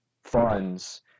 funds